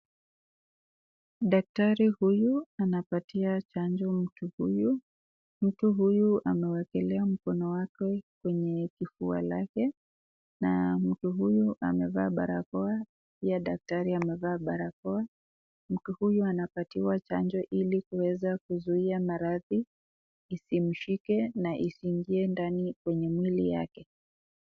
Daktari huyu anapatia chanjo mtu huyu, mtu huyu amewekea mkono wake kwenye kivua lake na mtu huyu anavaa barakoa na daktari ameivaa barakoa, mtu huyu anapatiwa chanjo hili kuweza kuzuia maradhi isimshike na isingie ndani kwenye mwili yake.